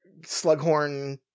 Slughorn